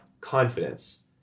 confidence